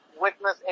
witness